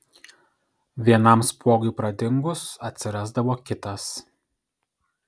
vienam spuogui pradingus atsirasdavo kitas